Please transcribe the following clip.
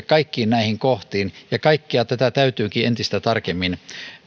kaikkiin näihin kohtiin ja kaikkea tätä täytyykin entistä tarkemmin